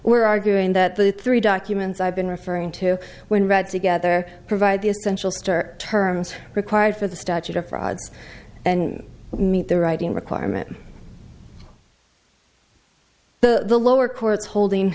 were arguing that the three documents i've been referring to when read together provide the essential start terms required for the statute of frauds and meet the writing requirement the lower court's holding